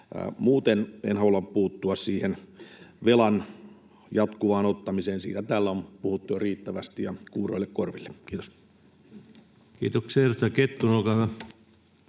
Muuten en halua puuttua siihen velan jatkuvaan ottamiseen, siitä täällä on puhuttu jo riittävästi ja kuuroille korville. — Kiitos.